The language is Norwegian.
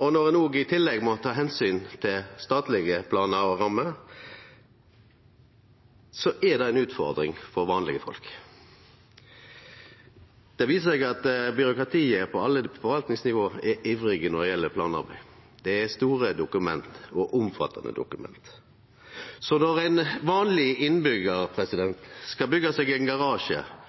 Når ein òg i tillegg må ta omsyn til statlige planer og rammer, er det ei utfordring for vanlege folk. Det viser seg at byråkratiet på alle forvaltningsnivåa er ivrig når det gjeld planer, det er store og omfattande dokument. Så når ein vanleg innbyggjar skal byggja seg ein garasje